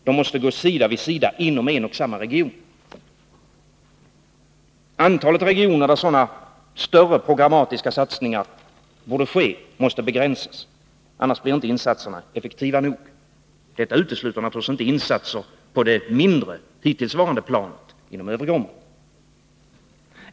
De måste göras sida vid sida inom en och samma region. Antalet regioner, där sådana större programmatiska satsningar borde ske, måste begränsas. Annars blir insatserna inte effektiva nog. Detta utesluter naturligtvis inte insatser inom övriga områden på det hittillsvarande, lägre planet.